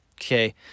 okay